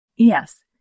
Yes